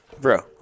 Bro